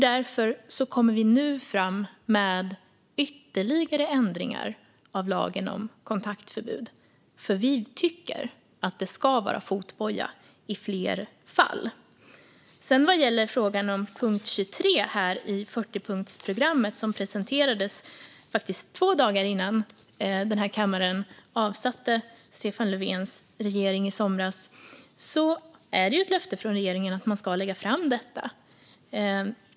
Därför kommer vi nu med ytterligare ändringar av lagen om kontaktförbud, för vi tycker att det ska vara fotboja i fler fall. Vad gäller frågan om punkt 23 i 40-punktsprogrammet, som presenterades två dagar innan denna kammare avsatte Stefan Löfvens regering i somras, är det ett löfte från regeringen att detta ska läggas fram.